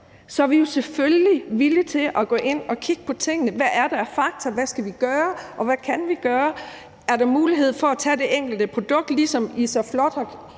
er vi jo selvfølgelig villige til at gå ind og kigge på tingene og se på, hvad der er af fakta, hvad vi skal gøre, hvad vi kan gøre, og om der er mulighed for at tage fat i det enkelte produkt, ligesom I så flot